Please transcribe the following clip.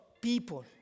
people